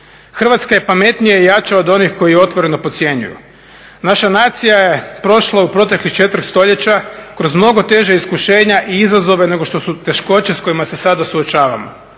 Hrvatska je pametnija i jača od onih koji je otvoreno podcjenjuju. Naša nacija je prošla u proteklih 4 stoljeća kroz mnogo teža iskušenja i izazove nego što su teškoće sa kojima se sada suočavamo.